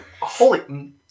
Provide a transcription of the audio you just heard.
Holy